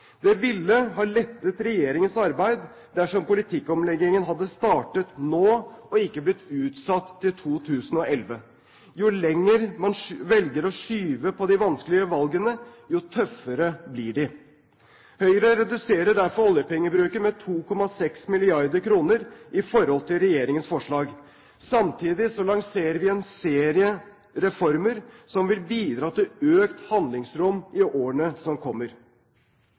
Det ville ha lettet regjeringens arbeid dersom politikkomleggingen hadde startet nå, og ikke blitt utsatt til 2011. Jo lenger man velger å skyve på de vanskelige valgene, jo tøffere blir de. Høyre reduserer derfor oljepengebruken med 2,6 mrd. kr i forhold til regjeringens forslag. Samtidig lanserer vi en serie reformer som vil bidra til økt handlingsrom i årene som kommer.